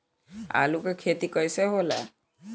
आलू के खेती कैसे होला?